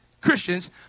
Christians